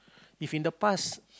if in the past